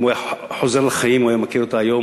אם הוא היה חוזר לחיים אם הוא היה מכיר אותה היום,